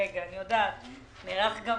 נערכה גם